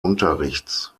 unterrichts